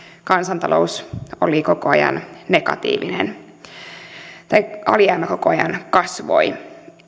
kansantalous oli koko ajan negatiivinen tai alijäämä koko ajan kasvoi